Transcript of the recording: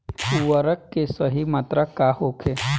उर्वरक के सही मात्रा का होखे?